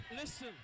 listen